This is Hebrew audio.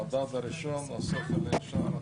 המדד הראשון זה השכל הישר,